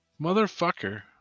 motherfucker